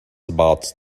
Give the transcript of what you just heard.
about